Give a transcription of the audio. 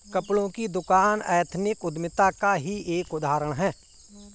कपड़ों की दुकान एथनिक उद्यमिता का ही एक उदाहरण है